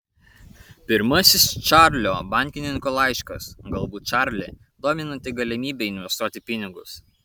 pirmasis čarlio bankininko laiškas galbūt čarlį dominanti galimybė investuoti pinigus